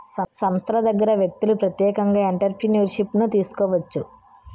సంస్థల దగ్గర వ్యక్తులు ప్రత్యేకంగా ఎంటర్ప్రిన్యూర్షిప్ను తీసుకోవచ్చు